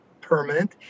permanent